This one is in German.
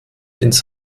ins